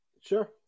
sure